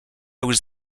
was